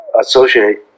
associate